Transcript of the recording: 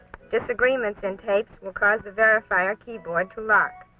disagreements in tapes will cause the verifier keyboard to lock.